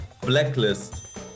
Blacklist